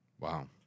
Wow